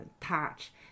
touch